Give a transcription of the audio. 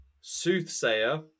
Soothsayer